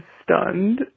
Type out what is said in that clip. stunned